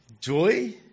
Joy